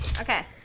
Okay